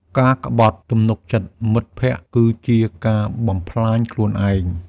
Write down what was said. ការក្បត់ទំនុកចិត្តមិត្តភក្តិ គឺជាការបំផ្លាញខ្លួនឯង។